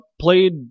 played